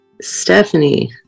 Stephanie